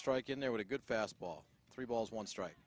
strike in there what a good fastball three balls one strike